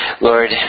Lord